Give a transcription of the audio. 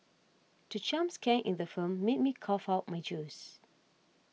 the jump scare in the film made me cough out my juice